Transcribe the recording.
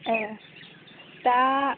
ए दा